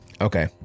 Okay